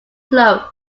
closed